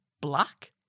Black